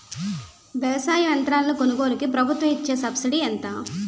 వ్యవసాయ యంత్రాలను కొనుగోలుకు ప్రభుత్వం ఇచ్చే సబ్సిడీ ఎంత?